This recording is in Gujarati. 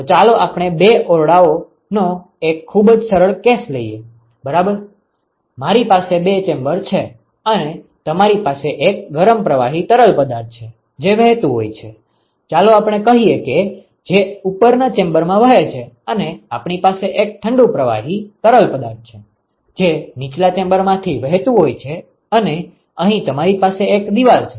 તો ચાલો આપણે બે ઓરડાઓ નો એક ખૂબ જ સરળ કેસ લઈએ બરાબર મારી પાસે બે ચેમ્બર છે અને તમારી પાસે એક ગરમ પ્રવાહી તરલ પદાર્થ છે જે વહેતું હોય છે ચાલો આપણે કહીએ કે જે ઉપરના ચેમ્બરમાં વહે છે અને આપણી પાસે એક ઠંડુ પ્રવાહી તરલ પદાર્થ છે જે નીચલા ચેમ્બરમાંથી વહેતું હોય છે અને અહીં તમારી પાસે એક દિવાલ છે